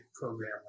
program